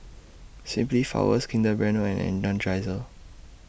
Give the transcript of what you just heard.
Simply Flowers Kinder Bueno and Energizer